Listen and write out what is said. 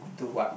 do what